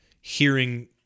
hearing